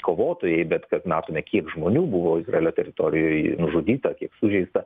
kovotojai bet kad matome kiek žmonių buvo izraelio teritorijoj nužudyta kiek sužeista